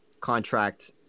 contract